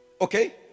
Okay